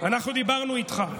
אנחנו דיברנו איתך.